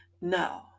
No